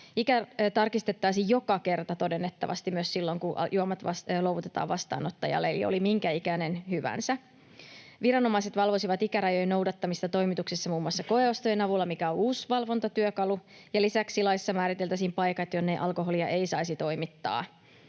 ikä tarkistettaisiin joka kerta todennettavasti myös silloin, kun juomat luovutetaan vastaanottajalle, eli oli minkä ikäinen hyvänsä. Viranomaiset valvoisivat ikärajojen noudattamista toimituksissa muun muassa koeostojen avulla, mikä on uusi valvontatyökalu. Lisäksi laissa määriteltäisiin paikat, jonne alkoholia ei saisi toimittaa.